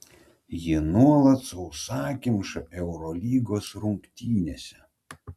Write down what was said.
ji nuolat sausakimša eurolygos rungtynėse